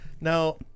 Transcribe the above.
Now